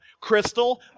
crystal